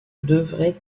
devait